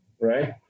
right